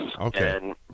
Okay